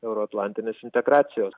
euroatlantinės integracijos